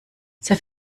sehr